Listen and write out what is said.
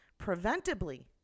preventably